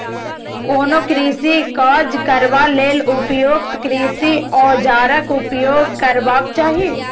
कोनो कृषि काज करबा लेल उपयुक्त कृषि औजारक उपयोग करबाक चाही